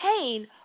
pain